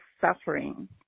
suffering